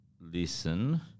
listen